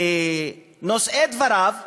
ועושי דבריו ושופריו,